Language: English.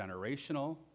generational